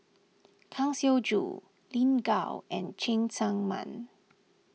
Kang Siong Joo Lin Gao and Cheng Tsang Man